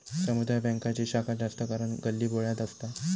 समुदाय बॅन्कांची शाखा जास्त करान गल्लीबोळ्यात असता